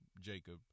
Jacob